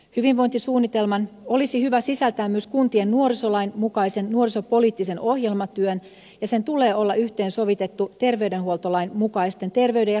hyvinvointisuunnitelman olisi hyvä sisältää myös kuntien nuorisolain mukainen nuorisopoliittinen ohjelmatyö ja sen tulee olla sovitettu yhteen terveydenhuoltolain mukaisten terveyden ja hyvinvoinnin edistämisvelvoitteiden kanssa